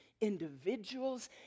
individuals